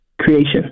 Creation